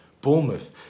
Bournemouth